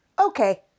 Okay